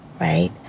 right